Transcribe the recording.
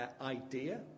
idea